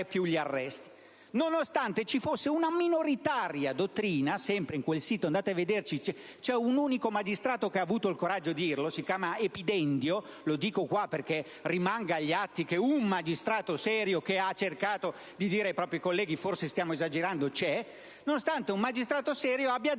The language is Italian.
più gli arresti. Questo, nonostante ci fosse una minoritaria dottrina, sempre in quel sito (andate a vedere: c'è un unico magistrato che ha avuto il coraggio di dirlo. Si chiama Tomaso Epidendio; lo dico qua perché rimanga agli atti che un magistrato serio, che ha cercato di dire ai propri colleghi che forse stavano esagerando, c'è) che rilevava come la direttiva